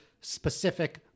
specific